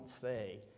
say